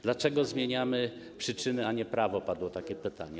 Dlaczego zmieniamy przyczyny, a nie prawo - padło takie pytanie.